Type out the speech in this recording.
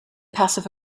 passive